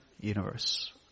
universe